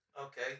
Okay